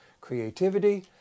creativity